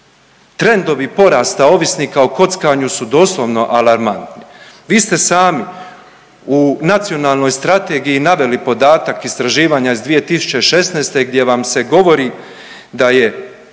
Trendovi porasta ovisnika o kockanju su doslovno alarmantni. Vi ste sami u Nacionalnoj strategiji naveli podatak istraživanja iz 2016. gdje vam se govori da je